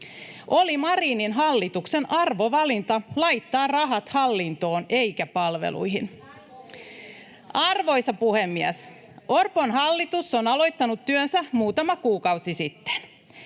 Oli Marinin hallituksen arvovalinta laittaa rahat hallintoon eikä palveluihin. Arvoisa puhemies! Orpon hallitus on aloittanut työnsä muutama kuukausi sitten.